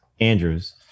Andrews